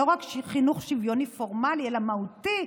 לא רק חינוך שוויוני פורמלי אלא מהותי,